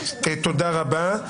תודה רבה.